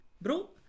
Bro